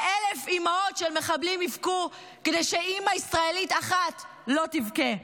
ש-1,000 אימהות של מחבלים יבכו כדי שאימא ישראלית אחת לא תבכה.